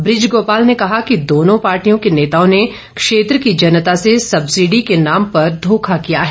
बृज गोपाल ने कहा कि दोनों पार्टियों के नेताओं ने क्षेत्र की जनता से सब्सिडी के नाम पर धोखा किया है